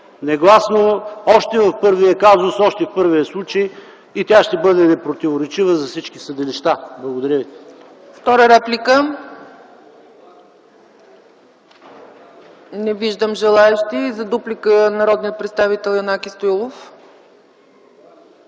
негласно още в първия казус, още в първия случай и тя ще бъде непротиворечива за всички съдилища. Благодаря ви.